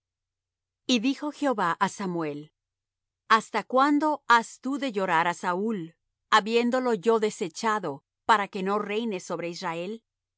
y dijo jehová á samuel hasta cuándo has tú de llorar á saúl habiéndolo yo desechado para que no reine sobre israel